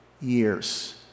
years